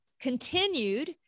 continued